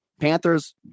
Panthers